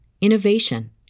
innovation